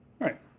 Right